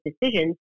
decisions